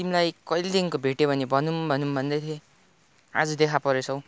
तिमीलाई कहिलेदेखिको भेट्यो भने भनौ भनौ भन्दै थिएँ आज देखा परेछौ